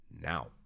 now